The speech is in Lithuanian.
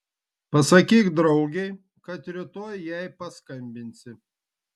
pasakyk draugei kad rytoj jai paskambinsi